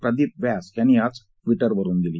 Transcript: प्रदीप व्यास यांनी आज ट्विट करून दिली